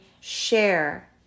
share